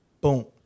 boom